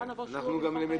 אנחנו עוברים